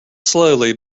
slowly